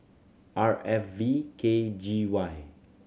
R F V K G Y